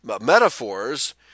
metaphors